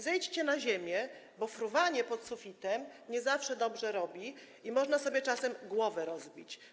Zejdźcie na ziemię, bo fruwanie pod sufitem nie zawsze dobrze robi, można sobie czasem głowę rozbić.